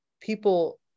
people